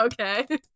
okay